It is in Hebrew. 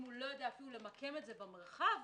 אם הוא לא יודע למקם את זה במרחב